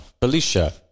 Felicia